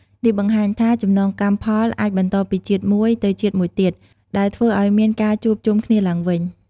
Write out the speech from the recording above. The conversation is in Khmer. នេះបង្ហាញថាចំណងកម្មផលអាចបន្តពីជាតិមួយទៅជាតិមួយទៀត ដែលធ្វើឱ្យមានការជួបជុំគ្នាឡើងវិញ។